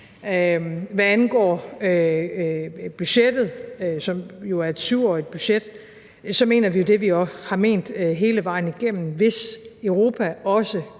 Hvad angår budgettet, som jo er et 7-årigt budget, mener vi det, vi har ment hele vejen igennem, nemlig at vi, hvis Europa også